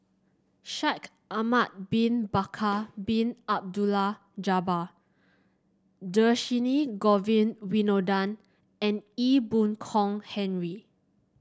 Shaikh Ahmad Bin Bakar Bin Abdullah Jabbar Dhershini Govin Winodan and Ee Boon Kong Henry